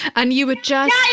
and you were just yeah, yeah,